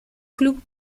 club